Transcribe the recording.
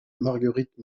marguerite